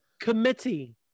committee